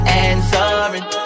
answering